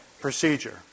procedure